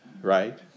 right